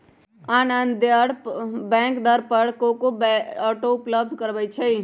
आन आन बैंक दर पर को को ऑटो उपलब्ध करबबै छईं